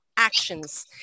actions